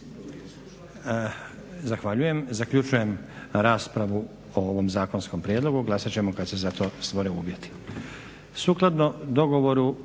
Zahvaljujem. Zaključujem raspravu o ovom zakonskom prijedlogu. Glasati ćemo kada se za to stvore uvjeti.